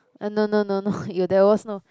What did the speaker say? uh no no no no you there was no